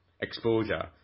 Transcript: exposure